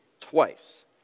twice